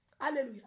Hallelujah